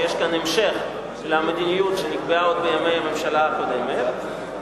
יש כאן המשך למדיניות שנקבעה עוד בימי הממשלה הקודמת,